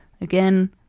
Again